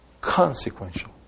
Consequential